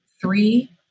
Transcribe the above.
Three